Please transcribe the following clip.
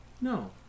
No